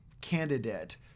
candidate